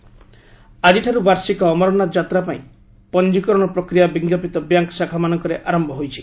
ଅମରନାଥ ଯାତ୍ରା ଆଜିଠାରୁ ବାର୍ଷିକ ଅମରନାଥ ଯାତ୍ରାପାଇଁ ପଞ୍ଜୀକରଣ ପ୍ରକ୍ରିୟା ବିଜ୍ଞପିତ ବ୍ୟାଙ୍କ୍ ଶାଖାମାନଙ୍କରେ ଆରମ୍ଭ ୋହାଇଛି